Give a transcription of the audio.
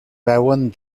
veuen